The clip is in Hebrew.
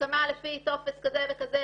הסכמה לפי טופס כזה וכזה,